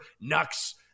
Knucks